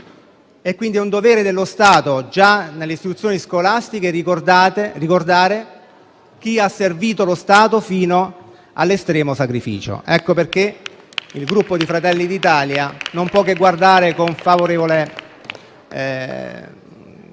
dovere. È un dovere dello Stato, già nelle istituzioni scolastiche, ricordare chi ha servito lo Stato fino all'estremo sacrificio. Ecco perché il Gruppo Fratelli d'Italia non può che guardare con atteggiamento